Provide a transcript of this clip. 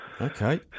Okay